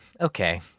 okay